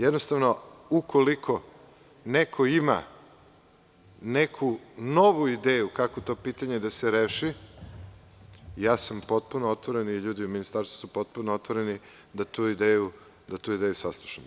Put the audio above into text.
Jednostavno, ukoliko neko ima neku novu ideju kako to pitanje da se reši, ja sam potpuno otvoren i ljudi u Ministarstvu su potpuno otvoreni da tu ideju saslušamo.